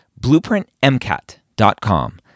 BlueprintMCAT.com